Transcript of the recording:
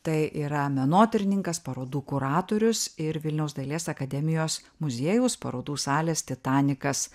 tai yra menotyrininkas parodų kuratorius ir vilniaus dailės akademijos muziejaus parodų salės titanikas